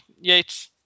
Yates